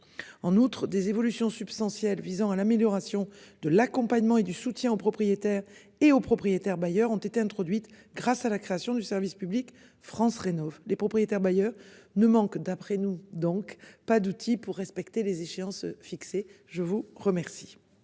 en outre des évolutions substantielles visant à l'amélioration de l'accompagnement et du soutien aux propriétaires et aux propriétaires bailleurs ont été introduites grâce à la création du service public France rénovent les propriétaires-bailleurs ne manque d'après nous, donc pas d'outils pour respecter les échéances fixées. Je vous remercie.